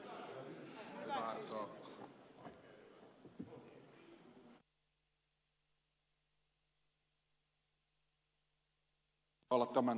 arvoisa puhemies